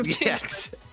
Yes